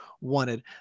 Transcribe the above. wanted